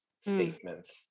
statements